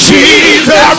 Jesus